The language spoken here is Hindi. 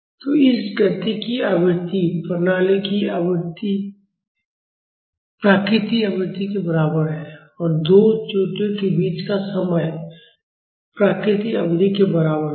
तो इस गति की आवृत्ति प्रणाली की प्राकृतिक आवृत्ति के बराबर है और दो चोटियों के बीच का समय प्राकृतिक अवधि के बराबर होगा